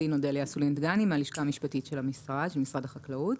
הלשכה המשפטית של משרד החקלאות.